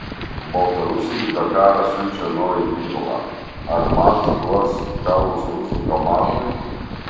baltarusiai į dakarą siunčia naują ginklą ar maz duos į kaulus rusų kamazui